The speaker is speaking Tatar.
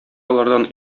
алардан